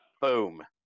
Boom